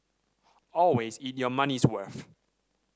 always eat your money's worth